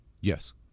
Yes